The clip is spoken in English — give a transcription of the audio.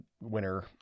winner